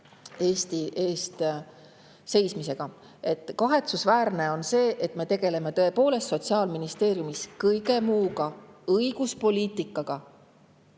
Eesti eest seismisega. Kahetsusväärne on see, et me tegeleme tõepoolest Sotsiaalministeeriumis kõige muuga – õiguspoliitikaga